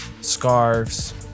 scarves